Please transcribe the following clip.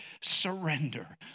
surrender